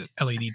LED